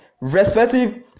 respective